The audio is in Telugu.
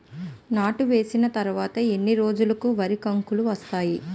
నాట్లు వేసిన తర్వాత ఎన్ని రోజులకు వరి కంకులు వస్తాయి?